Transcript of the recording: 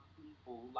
people